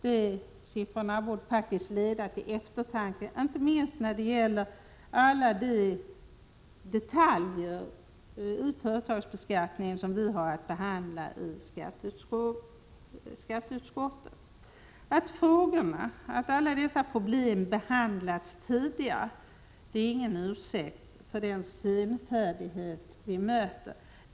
Dessa siffror borde faktiskt leda till eftertanke, inte minst med tanke på alla de detaljer i företagsbeskattningen som vi har att behandla i skatteutskottet. Att dessa frågor behandlats tidigare är ingen ursäkt för den senfärdighet som vi möter.